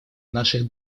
наших